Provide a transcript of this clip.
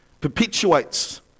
perpetuates